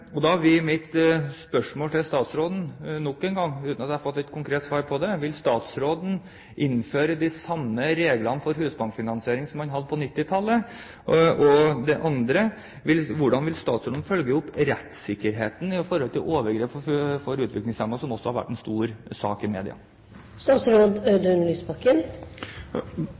Da blir mitt spørsmål til statsråden nok engang, som jeg ikke har fått et konkret svar på: Vil statsråden innføre de samme reglene for husbankfinansiering som man hadde på 1990-tallet? Det andre er: Hvordan vil statsråden følge opp rettssikkerheten ved overgrep mot utviklingshemmede, som også har vært en stor sak i media?